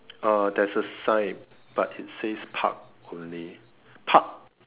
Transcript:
uh there's a sign but it says Park only Park